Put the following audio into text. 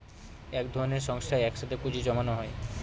এক ধরনের সংস্থায় এক সাথে পুঁজি জমানো হয়